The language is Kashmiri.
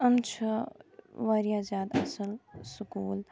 یِم چھِ واریاہ زیادٕ اصل سکوٗل